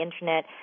Internet